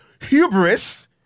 hubris